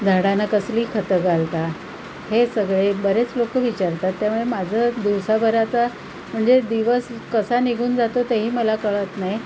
झाडांना कसली खतं घालता हे सगळे बरेच लोक विचारतात त्यामुळे माझं दिवसाभराचा म्हणजे दिवस कसा निघून जातो ते ही मला कळत नाही